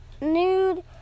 Nude